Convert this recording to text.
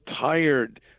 tired